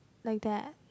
like that